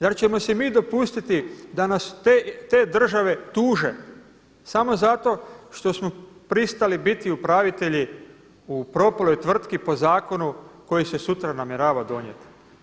Zar ćemo si mi dopustiti da nas te države tuže samo zato što smo pristali biti upravitelji u propaloj tvrtki po zakonu koji se sutra namjerava donijeti?